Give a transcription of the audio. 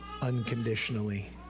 unconditionally